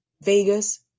Vegas